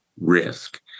risk